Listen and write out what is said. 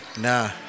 Nah